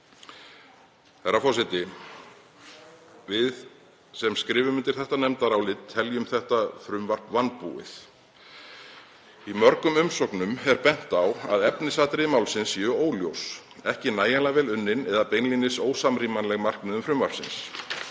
Herra forseti. Við sem skrifum undir þetta nefndarálit teljum þetta frumvarp vanbúið. Í mörgum umsögnum er bent á að efnisatriði málsins séu óljós, ekki nægjanlega vel unnin eða beinlínis ósamrýmanleg markmiðum frumvarpsins.